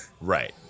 Right